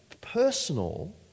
personal